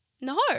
No